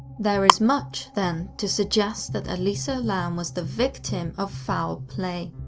there is much, then, to suggest that elisa lam was the victim of foul play.